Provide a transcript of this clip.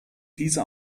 diese